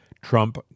Trump